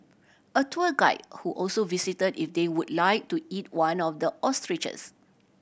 a tour guide who also visitor if they would like to eat one of the ostriches